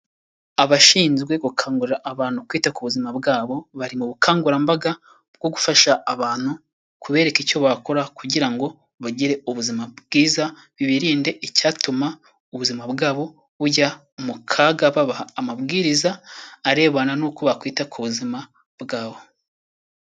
Abashinzwe gukangurira abantu kwita ku buzima bwabo, bari mu bukangurambaga bwo gufasha abantu kubereka icyo bakora kugira ngo bagire ubuzima bwiza, birinde icyatuma ubuzima bwabo bujya mu kaga, babaha amabwiriza arebana nuko bakwita ku buzima bwabo.